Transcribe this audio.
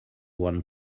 one